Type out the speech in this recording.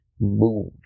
move